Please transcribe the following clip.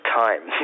time